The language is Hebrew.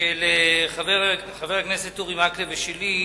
של חבר הכנסת אורי מקלב ושלי,